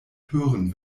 hören